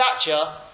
stature